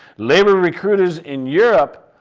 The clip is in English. labor recruiters in europe